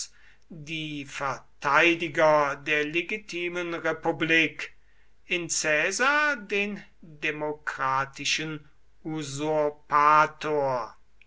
die verteidiger der legitimen republik in caesar den demokratischen